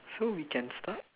so we can start